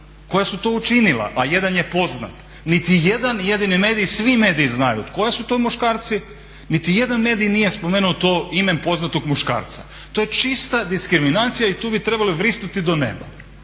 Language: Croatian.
koja su to učinila, a jedan je poznat niti jedan jedini medij, svi mediji znaju koji su to muškarci, niti jedan medij nije spomenuo to ime poznatog muškarca. To je čista diskriminacija i to bi trebali vrisnuti do nema.